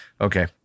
Okay